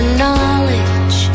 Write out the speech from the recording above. knowledge